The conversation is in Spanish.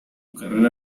carrera